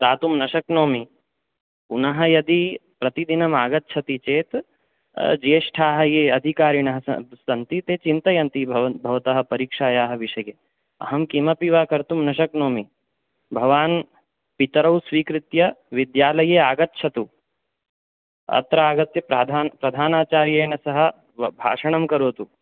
दातुं न शक्नोमि पुनः यदि प्रतिदिनमागच्छति चेत् ज्येष्ठाः ये अधिकारिणः सन् सन्ति ते चिन्तयन्ति भवतः परीक्षायाः विषये अहं किमपि वा कर्तुं न शक्नोमि भवान् पितरौ स्वीकृत्य विद्यालये आगच्छतु अत्र आगत्य प्रधानाचार्येण सह भाषणं करोतु